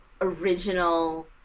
original